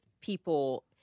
people